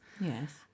Yes